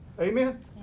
Amen